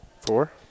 Four